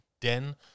den